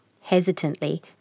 Hesitantly